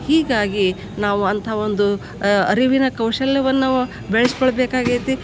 ಹೀಗಾಗಿ ನಾವು ಅಂಥ ಒಂದು ಅರಿವಿನ ಕೌಶಲ್ಯವನ್ನು ಅವ ಬೆಳಸ್ಕೊಳ್ಬೇಕಾಗೈತಿ